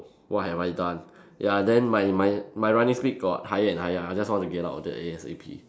what have I done ya then my my my running speed got higher and higher I just wanted to get out of there A_S_A_P